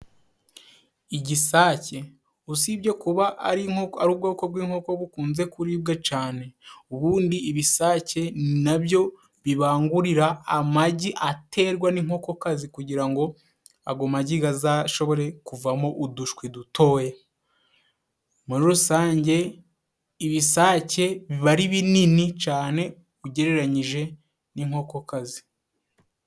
Igisake usibye kuba ari ubwoko bw'inkoko bukunze kuribwa cane, ubundi ibisake ni nabyo bibangurira amagi aterwa n'inkokokazi, kugira ngo ago magi gazashobore kuvamo udushwi dutoya. Muri rusange ibisake biba ari binini cane ugereranyije n'inkokokazi.